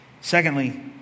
Secondly